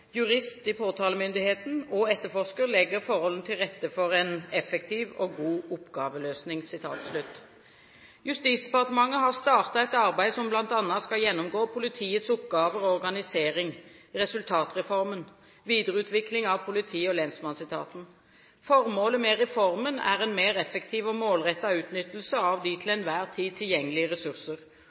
etterforsker legger forholdene til rette for en effektiv og god oppgaveløsning.» Justisdepartementet har startet et arbeid som bl.a. skal gjennomgå politiets oppgaver og organisering – resultatreformen – og videreutvikling av politi- og lensmannsetaten. Formålet med reformen er en mer effektiv og målrettet utnyttelse av de til enhver tid tilgjengelige ressurser.